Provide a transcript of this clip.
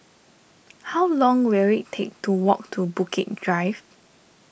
how long will it take to walk to Bukit Drive